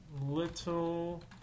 Little